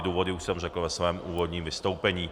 Důvody už jsem řekl ve svém úvodním vystoupení.